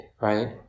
right